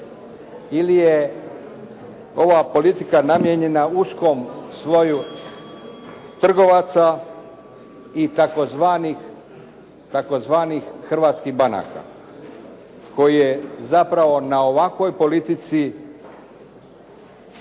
ili je ova politika namijenjena uskom sloju trgovaca i tzv. hrvatskih banaka koji je zapravo na ovakvoj politici